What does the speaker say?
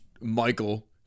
Michael